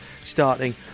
starting